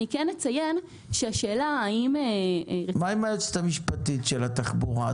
מה עם היועצת המשפטית של משרד התחבורה?